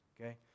okay